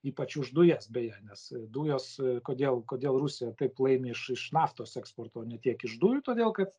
ypač už dujas beje nes dujos kodėl kodėl rusija taip laimi iš iš naftos eksporto o ne tiek iš dujų todėl kad